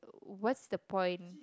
what's the point